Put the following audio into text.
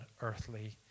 earthly